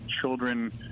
children